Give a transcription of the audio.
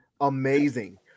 amazing